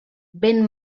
vent